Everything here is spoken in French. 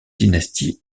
dynastie